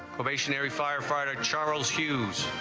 firefighter charles hughes